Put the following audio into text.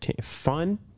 fun